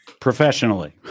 Professionally